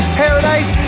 paradise